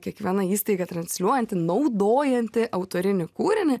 kiekviena įstaiga transliuojanti naudojanti autorinį kūrinį